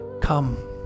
come